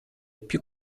più